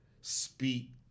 speak